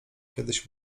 kiedyś